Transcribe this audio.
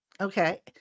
Okay